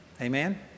Amen